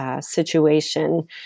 Situation